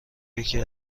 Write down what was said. یکی